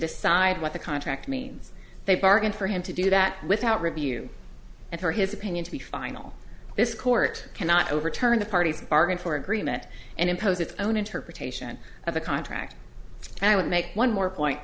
decide what the contract means they bargain for him to do that without review and for his opinion to be final this court cannot overturn the parties bargain for agreement and impose its own interpretation of the contract and i would make one more point